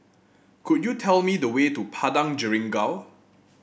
could you tell me the way to Padang Jeringau